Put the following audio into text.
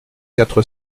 quatre